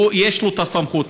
יש לו את הסמכות.